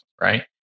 right